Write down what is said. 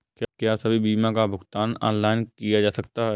क्या सभी बीमा का भुगतान ऑनलाइन किया जा सकता है?